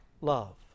love